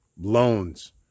loans